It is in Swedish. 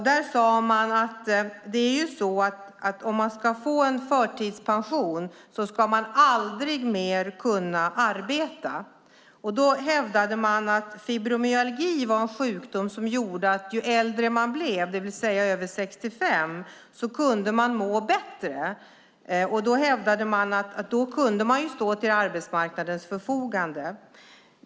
Där sade de att för att någon ska få förtidspension ska den personen aldrig mer kunna arbeta. Det hävdades att man när man har sjukdomen fibromyalgi kan må bättre ju äldre man blir när man är över 65 och därmed kan stå till arbetsmarknadens förfogande.